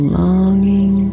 longing